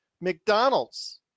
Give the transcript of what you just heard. McDonald's